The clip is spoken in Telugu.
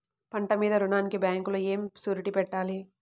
పంట మీద రుణానికి బ్యాంకులో ఏమి షూరిటీ పెట్టాలి?